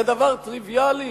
זה דבר טריוויאלי?